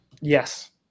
Yes